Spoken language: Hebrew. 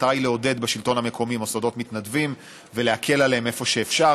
המטרה היא לעודד בשלטון המקומי מוסדות מתנדבים ולהקל עליהם איפה שאפשר.